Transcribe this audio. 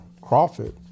Crawford